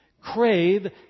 crave